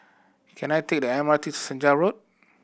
can I take the M R T Senja Road